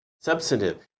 substantive